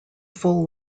full